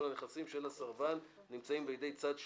הנכסים של הסרבן הנמצאים בידי צד שלישי.